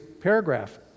paragraph